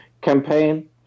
campaign